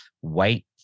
white